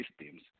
systems